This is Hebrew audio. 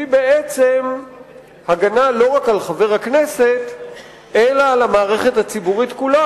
שהיא בעצם הגנה לא רק על חבר הכנסת אלא על המערכת הציבורית כולה,